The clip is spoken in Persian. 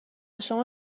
شما